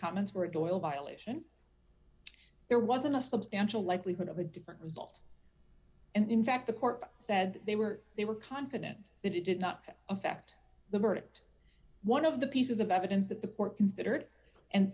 comments were violation there wasn't a substantial likelihood of a different result and in fact the court said they were they were confident that it did not affect the verdict one of the pieces of evidence that the court considered and